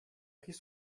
pris